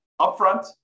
upfront